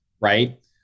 right